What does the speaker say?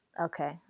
Okay